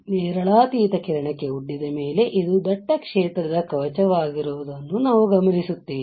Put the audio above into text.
ನೇರಳಾತೀತ ಕಿರಣಕ್ಕೆ ಒಡ್ಡಿದ ಮೇಲೆ ಇದು ದಟ್ಟ ಕ್ಷೇತ್ರದ ಕವಚವಾಗಿರುವುದನ್ನು ನಾವು ಗಮನಿಸುತ್ತೇವೆ